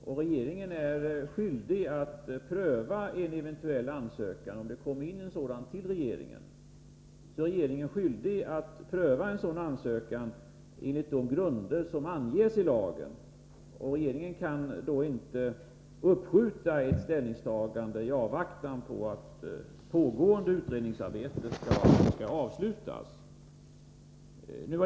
Om det kommer in en ansökan till regeringen, är den skyldig att pröva denna ansökan enligt de grunder som anges i lagen. Regeringen kan inte uppskjuta ett ställningstagande i avvaktan på att pågående utredningsarbete skall avslutas.